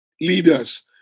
leaders